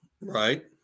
Right